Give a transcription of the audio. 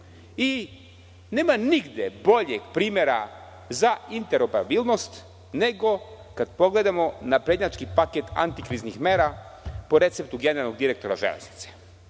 Nema nigde boljeg primera za interoperabilnost nego kad pogledamo naprednjački paket antikriznih mera po receptu generalnog direktora železnice.